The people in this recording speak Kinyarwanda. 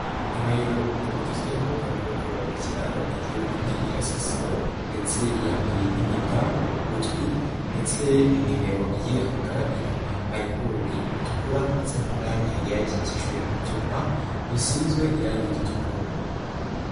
Inka yorowe mu buryo bugezweho kandi bwo kororera mu kiraro, iri yonyine irasasiwe ndetse yambaye n'impeta ku gutwi ndetse ni nimero iyiranga, inyuma hariho urugi rutukura ndetse mu mpande hakikijwe ibyuma bisizwe irangi itukura.